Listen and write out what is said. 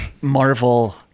marvel